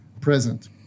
present